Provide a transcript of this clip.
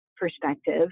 perspective